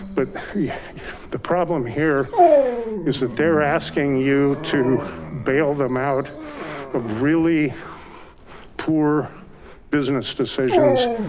but the problem here is that they're asking you to bail them out of really poor business decisions.